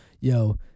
yo